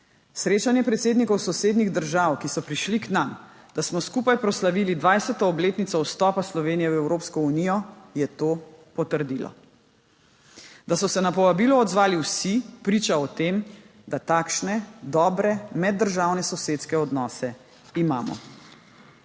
Srečanje predsednikov sosednjih držav, ki so prišli k nam, da smo skupaj proslavili 20. obletnico vstopa Slovenije v Evropsko unijo, je to potrdilo. Da so se na povabilo odzvali vsi, priča o tem, da takšne dobre meddržavne sosedske odnose imamo.